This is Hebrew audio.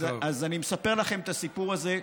אז אני מספר לכם את הסיפור הזה,